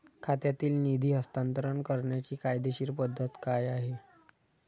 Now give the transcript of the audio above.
खात्यातील निधी हस्तांतर करण्याची कायदेशीर पद्धत काय आहे?